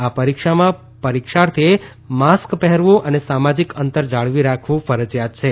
આ પરીક્ષામાં પરિક્ષાર્થીએ માસ્ક પહેરવું અને સામાજીક અંતર જાળવી રાખવું ફરજિયાત છે